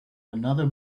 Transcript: another